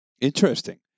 Interesting